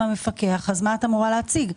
המפקח, מה את אמורה להציג?